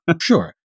sure